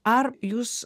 ar jūs